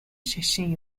шашин